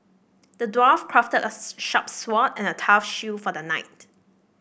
the dwarf crafted a sharp sword and a tough shield for the knight